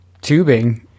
tubing